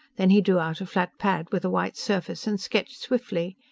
then he drew out a flat pad with a white surface and sketched swiftly.